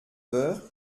heures